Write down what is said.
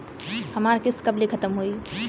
हमार किस्त कब ले खतम होई?